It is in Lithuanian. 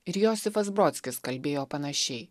ir josifas brodskis kalbėjo panašiai